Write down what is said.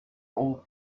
old